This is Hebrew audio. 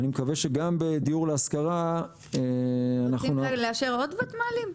אני מקווה שגם בדיור להשכרה -- עדיף כבר לאשר עוד ותמ"לים?